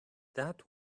that